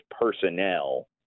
personnel